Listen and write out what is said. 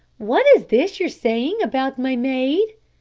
what is this you're saying about my maid?